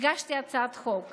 הגשתי הצעת חוק